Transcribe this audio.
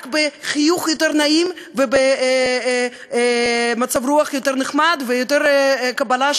רק בחיוך יותר נעים ובמצב רוח יותר נחמד ויותר מקבל את